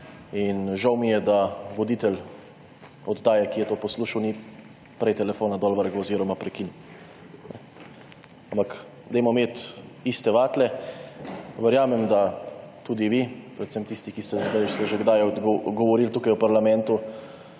Žal mi je, da voditelj oddaje, ki je to poslušal, ni prej telefona prekinil. Ampak dajmo imeti iste vatle. Verjamem, da tudi vi, predvsem tisti, ki ste že kdaj govorili v parlamentu,